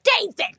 David